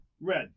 Red